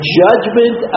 judgment